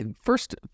first